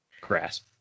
grasp